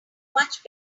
much